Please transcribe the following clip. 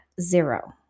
zero